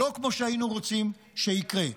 לא כמו שהיינו רוצים שיקרה.